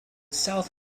south